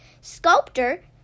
sculptor